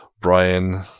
Brian